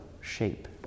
shape